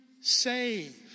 save